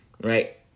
right